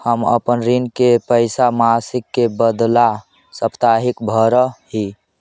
हम अपन ऋण के पैसा मासिक के बदला साप्ताहिक भरअ ही